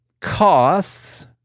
costs